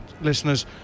listeners